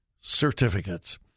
certificates